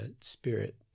spirit